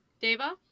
Deva